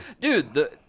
Dude